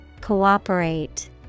Cooperate